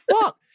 fuck